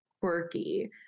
quirky